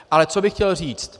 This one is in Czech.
Ale co bych chtěl říct.